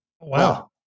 Wow